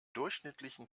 durchschnittlichen